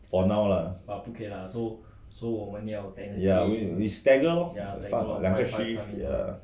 for now lah we stagger lor 两的 shift lor